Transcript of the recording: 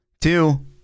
Two